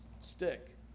stick